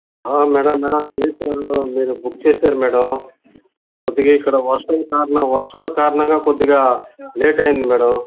madam madam తెలుసు మీరు book చేసారు మేడం కొద్దిగా ఇక్కడ వర్షం కారణం వర్షాల కారణంగా కొద్దిగా లేటయింది మేడమ్